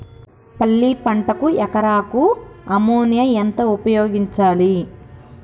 పల్లి పంటకు ఎకరాకు అమోనియా ఎంత ఉపయోగించాలి?